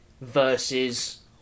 versus